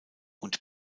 und